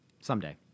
someday